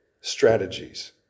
strategies